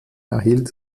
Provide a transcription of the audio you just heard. erhielt